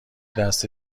دست